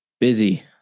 Busy